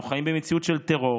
אנחנו חיים במציאות של טרור,